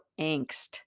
angst